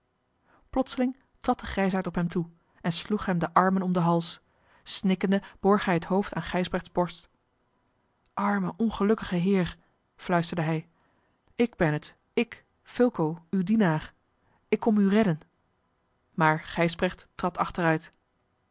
plotseling trad de grijsaard op hem toe en sloeg hem de armen om den hals snikkende borg hij het hoofd aan gijsbrechts borst arme ongelukkige heer fluisterde hij ik ben het ik fulco uw dienaar ik kom u redden maar gijsbrecht trad achteruit